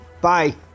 bye